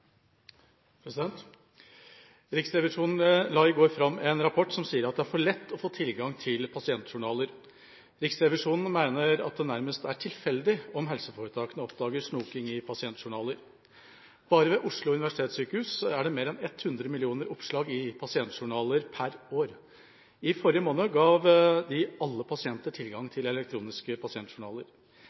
for lett å få tilgang til pasientjournaler. Riksrevisjonen mener at det nærmest er tilfeldig om helseforetakene oppdager snoking i pasientjournaler. Bare ved Oslo universitetssykehus er det mer enn 100 millioner oppslag i pasientjournaler per år. I forrige måned ga de alle pasienter tilgang til elektroniske pasientjournaler.